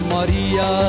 Maria